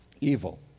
evil